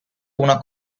una